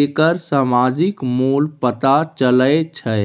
एकर समाजिक मोल पता चलै छै